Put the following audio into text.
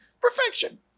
Perfection